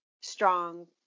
strong